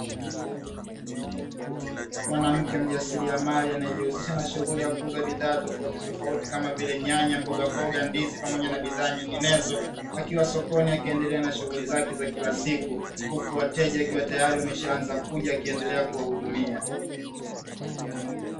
Mwanamke mjasiriamali anayejihusisha na shughuli ya kuuza bidhaa tofautitofauti kama vile nyanya, mbogamboga, ndizi na pamoja bidhaa nyinginezo, akiwa sokoni akiendelea na shughuli zake za kila siku, huku wateja wakiwa tayari wameshaanza kuja akiendelea kuwahudumia.